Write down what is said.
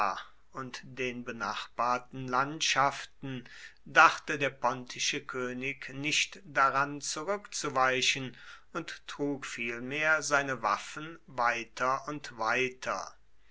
und den benachbarten landschaften dachte der pontische könig nicht daran zurückzuweichen und trug vielmehr seine waffen weiter und weiter